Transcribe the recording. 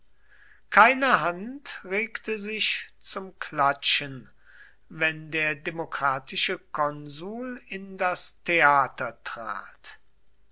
keine hand regte sich zum klatschen wenn der demokratische konsul in das theater trat